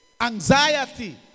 anxiety